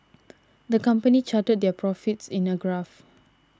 the company charted their profits in a graph